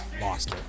Lost